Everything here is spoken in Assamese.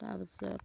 তাৰ পিছত